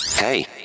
Hey